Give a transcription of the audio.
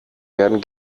werden